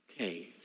Okay